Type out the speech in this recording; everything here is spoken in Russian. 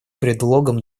предлогом